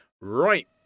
right